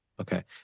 Okay